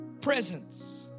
presence